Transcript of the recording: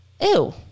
Ew